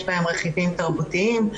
יש בהם רכיבים תרבותיים,